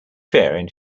variant